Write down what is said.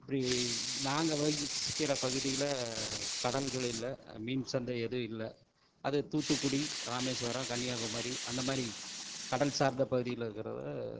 இப்படி நாங்கள் வசிக்கிற பகுதியில கடல்கள் இல்லை மீன் சந்தை எதுவும் இல்லை அது தூத்துக்குடி ராமேஸ்வரம் கன்னியாகுமாரி அந்த மாதிரி கடல் சார்ந்த பகுதியில் இருக்கிறது